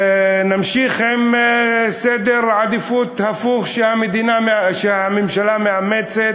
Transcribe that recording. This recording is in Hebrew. נמשיך עם סדר עדיפויות הפוך שהממשלה מאמצת